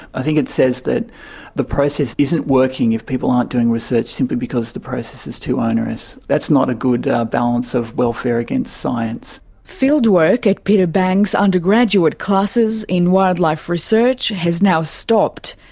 i think it says that the process isn't working if people aren't doing research simply because the process is too onerous. that's not a good balance of welfare against science. field work at peter banks' undergraduate classes in wildlife research has now stopped,